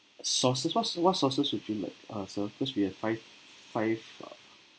sauces what's what sauces would you like uh sir cause we have five five